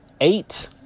eight